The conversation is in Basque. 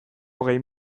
hogei